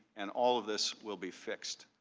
and all of this will be fixed.